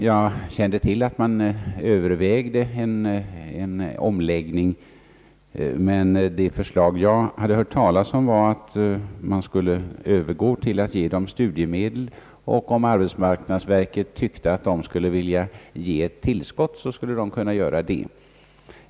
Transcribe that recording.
Jag kände till att man övervägde en omläggning, men det förslag jag hade hört ryktas om avsåg att man skulle övergå till att dels bevilja dem studiemedel, dels om arbetsmarknadsverket ansåg sig vilja ge ett tillskott låta ett sådant utgå.